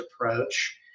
approach